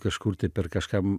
kažkur tai per kažkam